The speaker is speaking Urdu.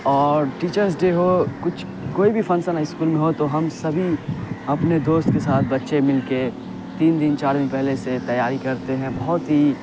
اور ٹیچرس ڈے ہو کچھ کوئی بھی پھنکسن اسکول میں ہو تو ہم سبھی اپنے دوست کے ساتھ بچے مل کے تین دن چار دن پہلے سے تیاری کرتے ہیں بہت ہی